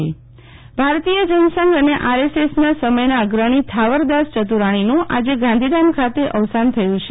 શીતલ વૈશ્નવ અવસાન ભારતીય જન સંધ અને R S એસના સમયના અગ્રણી થાવરદાસ ચતુરાણીનું આજે ગાંધીધામ ખાતે અવશાન થયું છે